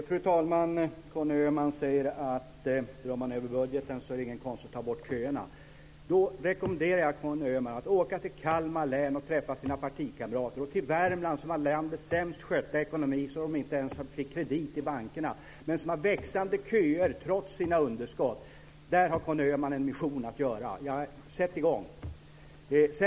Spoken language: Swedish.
Fru talman! Conny Öhman säger att om man överskrider budgeten är det ingen konst att ta bort köerna. Då rekommenderar jag Conny Öhman att åka till Kalmar län och träffa sina partikamrater och till Värmland, som har landets sämst skötta ekonomi och som inte ens fick kredit hos bankerna, men som har växande köer trots sina underskott. Där har Conny Öhman en mission att fylla. Sätt i gång!